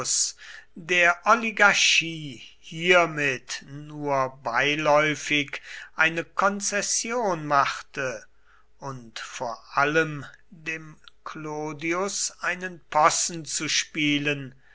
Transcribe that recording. der oligarchie hiermit nur beiläufig eine konzession machte und vor allem dem clodius einen possen zu spielen